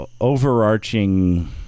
overarching